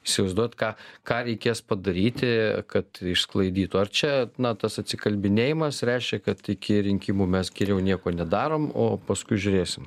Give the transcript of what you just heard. įsivaizduojat ką ką reikės padaryti kad išsklaidytų ar čia na tas atsikalbinėjimas reiškia kad iki rinkimų mes geriau nieko nedarom o paskui žiūrėsim